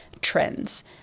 trends